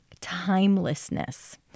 timelessness